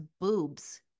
boobs